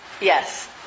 Yes